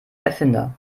erfinder